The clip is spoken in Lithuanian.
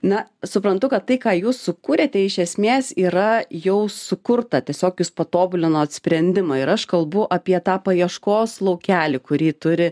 na suprantu kad tai ką jūs sukūrėte iš esmės yra jau sukurta tiesiog jūs patobulinot sprendimą ir aš kalbu apie tą paieškos laukelį kurį turi